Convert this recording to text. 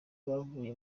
bakuye